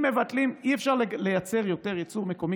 אם מבטלים, אי-אפשר לייצר יותר ייצור מקומי.